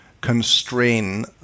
constrain